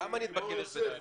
כמה נדבקים יש בנעל"ה?